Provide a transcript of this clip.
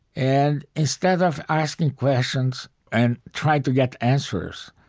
and instead of asking questions and try to get answers,